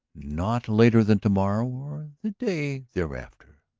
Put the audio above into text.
not later than to-morrow or the day thereafter,